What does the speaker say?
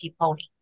pony